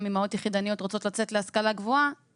אימהות יחידניות רוצות לצאת להשכלה גבוהה,